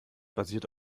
basiert